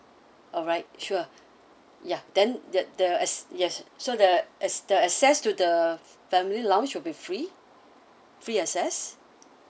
alright sure ya then the the acc~ yes so the acc~ the access to the family lounge should be free free access